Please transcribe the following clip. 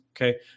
okay